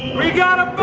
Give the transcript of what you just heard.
we got a